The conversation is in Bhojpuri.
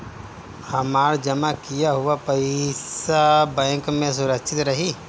हमार जमा किया हुआ पईसा बैंक में सुरक्षित रहीं?